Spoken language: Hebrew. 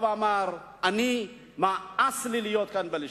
אמר: נמאס לי להיות כאן בלשכה.